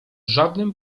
żadnym